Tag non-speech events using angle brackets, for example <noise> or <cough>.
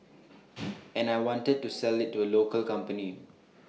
<noise> and I wanted to sell IT to local company